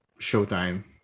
showtime